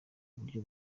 buryo